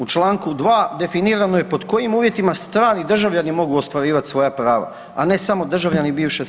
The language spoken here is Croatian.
U čl. 2. definirano je pod kojim uvjetima strani državljani mogu ostvarivat svoja prava, a ne samo državljani bivše SFRJ.